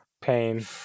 Pain